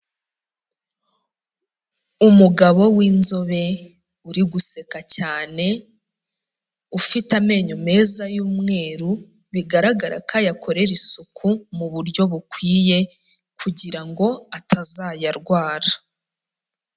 Umugabo w'inzobe uri guseka cyane, ufite amenyo meza y'umweru bigaragara ko ayakorera isuku mu buryo bukwiye kugira ngo atazayarwara.